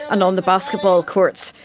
and on the basketball courts.